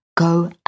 go